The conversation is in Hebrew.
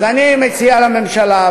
אז אני מציע לממשלה,